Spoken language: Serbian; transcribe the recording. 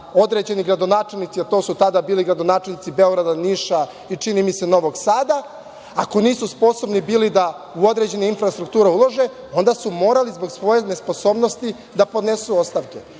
određeni gradonačelnici, a to su tada bili gradonačelnici Beograda, Niša i čini mi se Novog Sada, ako nisu sposobni bili da u određene infrastrukture ulože, onda su morali zbog svoje nesposobnosti da podnesu ostavke